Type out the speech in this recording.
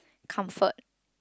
comfort